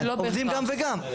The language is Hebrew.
עובדים גם וגם.